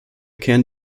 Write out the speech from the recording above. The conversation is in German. kern